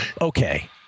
Okay